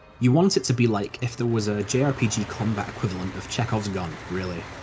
you want it to be like if there was a jrpg combat equivalent of chekhov's gun, really.